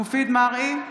מופיד מרעי,